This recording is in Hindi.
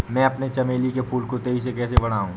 मैं अपने चमेली के फूल को तेजी से कैसे बढाऊं?